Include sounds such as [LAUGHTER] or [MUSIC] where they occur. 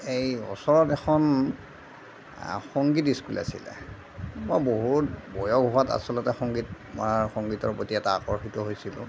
এই ওচৰত এখন সংগীত স্কুল আছিলে মই বহুত বয়স হোৱাত আচলতে সংগীত [UNINTELLIGIBLE] সংগীতৰ প্ৰতি এটা আকৰ্ষিত হৈছিলোঁ